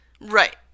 Right